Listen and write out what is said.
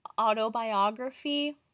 autobiography